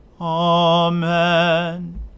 Amen